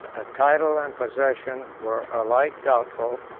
the title and possession were alike doubtful,